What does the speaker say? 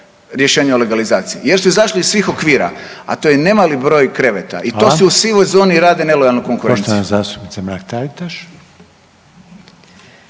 rješenja o legalizaciji jer su izašli iz svih okvira. A to je nemali broj kreveta …/Upadica: Hvala./… i to se u sivoj zoni radi nelojalno konkurencija.